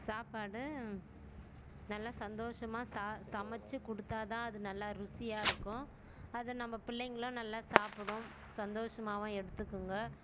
சாப்பாடு நல்லா சந்தோஷமாக ச சமைச்சு கொடுத்தா தான் அது நல்லா ருசியாக இருக்கும் அது நம்ப பிள்ளைகளும் நல்லா சாப்பிடும் சந்தோஷமாகவும் எடுத்துக்குங்க